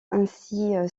ainsi